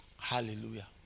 Hallelujah